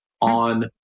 on